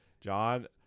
John